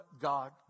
God